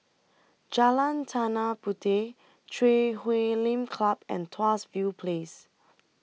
Jalan Tanah Puteh Chui Huay Lim Club and Tuas View Place